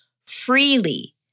freely